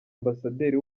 ambasaderi